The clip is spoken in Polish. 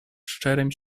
szczerym